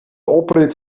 oprit